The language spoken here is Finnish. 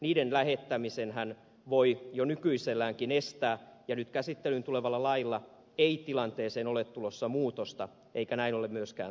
niiden lähettämisenhän voi jo nykyiselläänkin estää ja nyt käsittelyyn tulevalla lailla ei tilanteeseen ole tulossa muutosta eikä siihen ole myöskään tarvetta